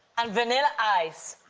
and vanilla ice.